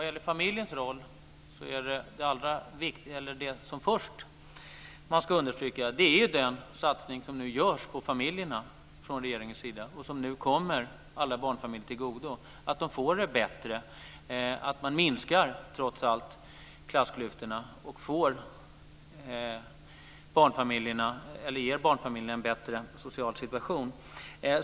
Herr talman! När det gäller familjens roll vill jag först understryka att regeringen nu gör en satsning på familjerna. Den kommer alla barnfamiljer till godo. De får det bättre, klassklyftorna minskas och barnfamiljerna får en bättre social situation.